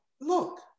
look